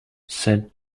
said